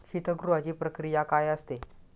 शीतगृहाची प्रक्रिया काय असते?